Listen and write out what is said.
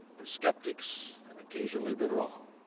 but skeptics have occasionally been wrong.